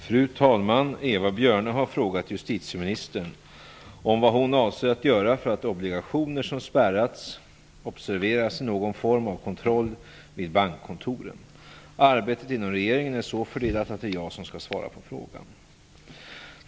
Fru talman! Eva Björne har frågat justitieministern vad hon avser att göra för att obligationer som spärrats observeras i någon form av kontroll vid bankkontoren. Arbetet inom regeringen är så fördelat att det är jag som skall svara på frågan.